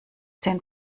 zehn